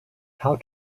how